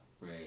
Right